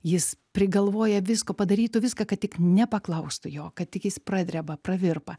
jis prigalvoja visko padarytų viską kad tik nepaklaustų jo kad tik jis pradreba pravirpa